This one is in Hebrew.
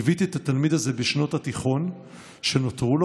ליוויתי את התלמיד הזה בשנות התיכון שנותרו לו.